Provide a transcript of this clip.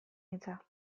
hitza